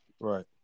Right